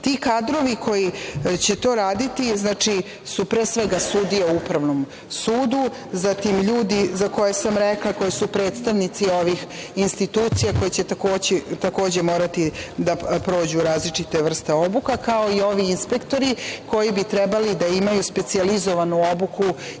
Ti kadrovi koji će to raditi su pre svega sudije u Upravnom sudu, zatim ljudi za koje sam rekla da su predstavnici ovih institucija koji će takođe morati da prođu različite vrste obuka, kao i ovi inspektori koji bi trebali da imaju specijalizovanu obuku iz